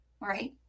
Right